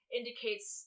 indicates